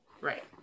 right